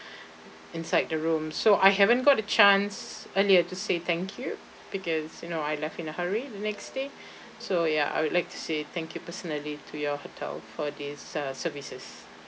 inside the room so I haven't got a chance earlier to say thank you because you know I left in a hurry the next day so ya I would like to say thank you personally to your hotel for these uh services